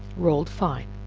rolled fine,